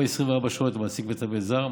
או 24 שעות למעסיק מטפל זר.